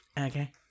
Okay